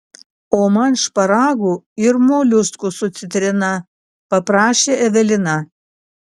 o man šparagų ir moliuskų su citrina paprašė evelina